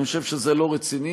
אני חושב שזה לא רציני.